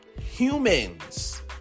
humans